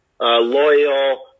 loyal